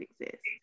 exist